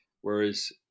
Whereas